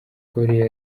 korea